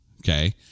okay